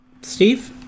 Steve